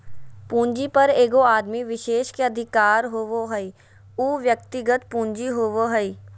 पूंजी पर एगो आदमी विशेष के अधिकार होबो हइ उ व्यक्तिगत पूंजी होबो हइ